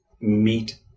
meet